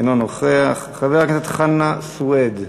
אינו נוכח, חבר הכנסת חנא סוייד?